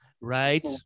Right